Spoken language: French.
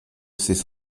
ces